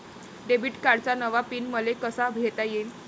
Debit कार्डचा नवा PIN मले कसा घेता येईन?